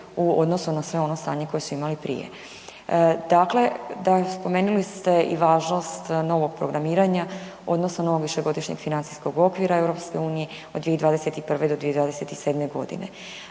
u odnosu na sve ono stanje koje su imali prije. Dakle, spomenuli ste i važnost novog programiranja odnosno novog višegodišnjeg financijskog okvira EU od 2021.-2027. godine.